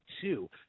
two